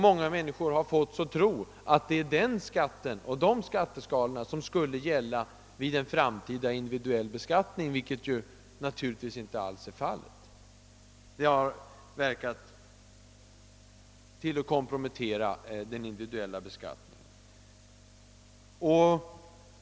Många människor har därigenom förmåtts att tro att det är den skatten och de skatteskalorna som skulle gälla vid en framtida individuell beskattning, vilket naturligtvis inte alls är fallet. Detta har medverkat till att kompromettera den individuella beskattningen.